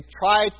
try